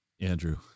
Andrew